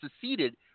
seceded